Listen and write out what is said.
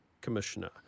commissioner